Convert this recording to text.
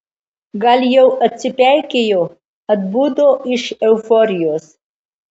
gal jau atsipeikėjo atbudo iš euforijos